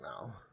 now